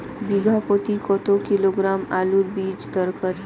বিঘা প্রতি কত কিলোগ্রাম আলুর বীজ দরকার?